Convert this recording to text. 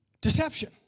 Deception